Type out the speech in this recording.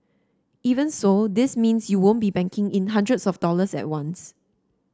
even so this means you won't be banking in hundreds of dollars at once